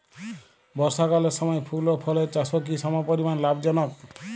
বর্ষাকালের সময় ফুল ও ফলের চাষও কি সমপরিমাণ লাভজনক?